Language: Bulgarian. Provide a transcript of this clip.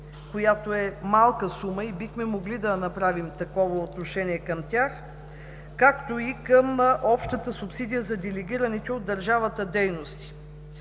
която е малка сума и бихме могли да направим такова отношение към тях, както и към общата субсидия за делегираните от държавата дейности.